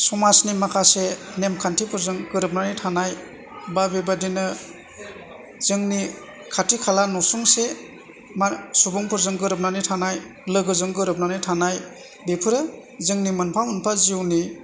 समाजनि माखासे नेम खान्थिफोरजों गोरोबनानै थानाय बा बेबादिनो जोंनि खाथि खाला नसुंसे मा सुबुंफोरजों गोरोबनानै थानाय लोगोजों गोरोबनानै थानाय बेफोरो जोंनि मोनफा मोनफा जिउनि